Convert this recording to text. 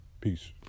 Peace